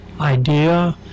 idea